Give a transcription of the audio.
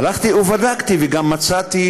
הלכתי ובדקתי וגם מצאתי,